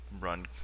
run